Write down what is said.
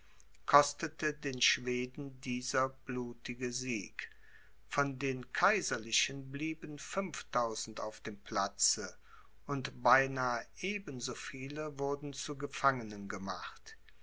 kostete den schweden dieser blutige sieg von den kaiserlichen blieben fünftausend auf dem platze und beinahe eben so viele wurden zu gefangenen gemacht